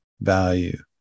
value